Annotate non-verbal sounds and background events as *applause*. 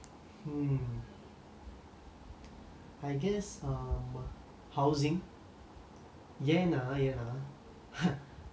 hmm I guess um housing ஏனா ஏனா:yenna yenna *laughs*